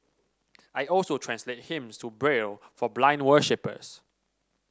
I also translate hymns to Braille for blind worshippers